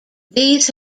these